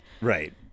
Right